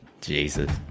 Jesus